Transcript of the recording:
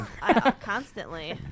Constantly